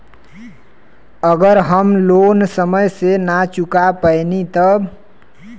अगर हम लोन समय से ना चुका पैनी तब?